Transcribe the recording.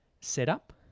setup